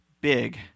big